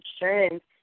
insurance